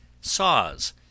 saws